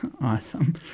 Awesome